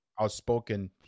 outspoken